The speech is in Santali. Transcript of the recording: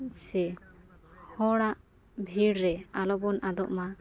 ᱥᱮ ᱦᱚᱲᱟᱜ ᱵᱷᱤᱲᱨᱮ ᱟᱞᱚᱵᱚᱱ ᱟᱫᱚᱜᱼᱢᱟ